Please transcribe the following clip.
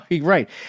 right